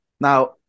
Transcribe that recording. Now